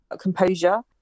composure